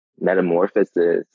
metamorphosis